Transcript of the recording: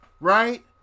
right